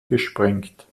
gesprengt